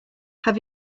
have